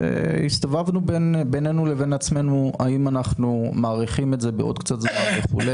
הסתובבנו בינינו לבין עצמנו האם אנחנו מאריכים את זה בעוד קצת זמן וכו',